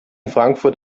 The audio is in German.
frankfurt